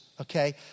okay